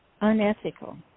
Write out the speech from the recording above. Unethical